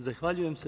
Zahvaljujem se.